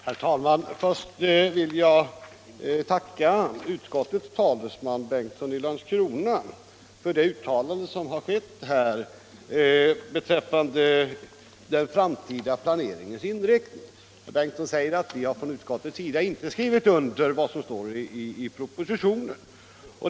Herr talman! Först vill jag tacka utskottets talesman herr Bengtsson i Landskrona för det uttalande som här gjorts beträffande den framtida planeringens inriktning. Herr Bengtsson säger att vi från utskottets sida inte har skrivit under vad som står i propositionen.